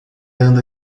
anda